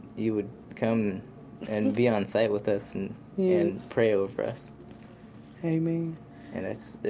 you would come and be on site with us and pray over us amen and it's,